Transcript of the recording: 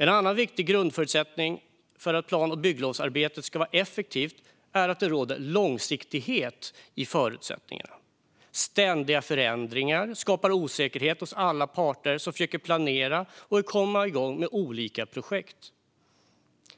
En annan viktig grundförutsättning för att plan och bygglovsarbetet ska vara effektivt är att det råder långsiktighet i fråga om förutsättningarna. Ständiga förändringar skapar osäkerhet hos alla parter som försöker planera och komma igång med olika projekt.